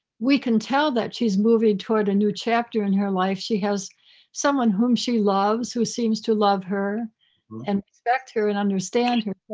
we can tell that she's moving toward a new chapter in her life. she has someone whom she loves, who seems to love her and respect her and understand her.